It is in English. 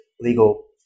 legal